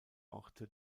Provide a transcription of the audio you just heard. orte